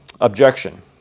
objection